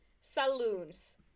saloons